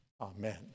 Amen